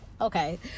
okay